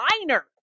minor